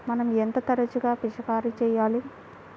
మనం ఎంత తరచుగా పిచికారీ చేయాలి?